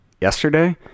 yesterday